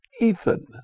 Ethan